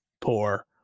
poor